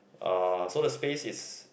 uh so the space is